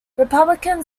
republican